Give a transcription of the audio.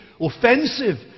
offensive